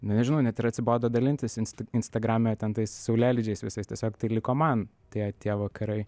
nežinau net ir atsibodo dalintis inst instagrame ten tais saulėlydžiais visais tiesiog tai liko man tie tie vakarai